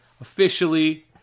officially